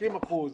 30 אחוזים,